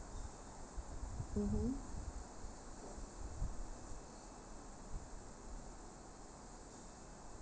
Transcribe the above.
mmhmm